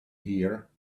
here